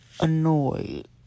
annoyed